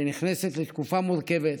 שנכנסת לתקופה מורכבת,